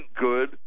good